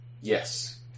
Yes